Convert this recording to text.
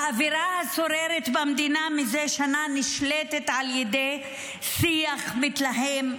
האווירה השוררת במדינה מזה שנה נשלטת על ידי שיח מתלהם,